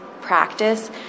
practice